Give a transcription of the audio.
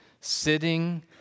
sitting